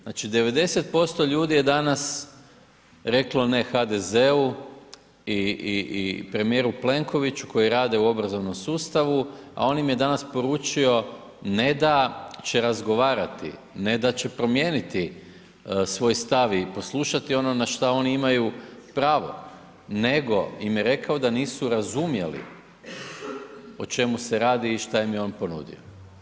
Znači 90% ljudi je danas reklo ne HDZ-u i premijeru Plenkoviću koji rade u obrazovnom sustavu a on im je danas poručio ne da će razgovarati, ne da će promijeniti svoj stav i poslušati ono na šta oni imaju pravo, nego im je rekao da nisu razumjeli o čemu se radi i šta im je on ponudio.